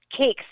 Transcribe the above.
cakes